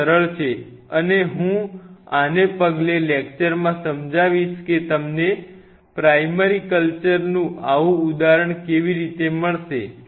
જે સરળ છે અને હું આને આગલા લેક્ચર માં સમજાવીશ કે તમને પ્રાઈમરી કલ્ચર નું આવું ઉદાહરણ કેવી રીતે મળશે